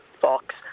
Fox